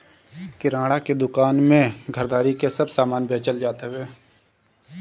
किराणा के दूकान में घरदारी के सब समान बेचल जात हवे